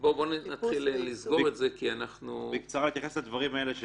אני רוצה בקצרה להתייחס לדברים האלה.